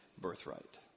birthright